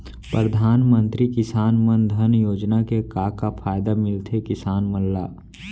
परधानमंतरी किसान मन धन योजना के का का फायदा मिलथे किसान मन ला?